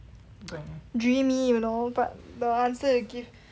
dreamy you know but the answer you give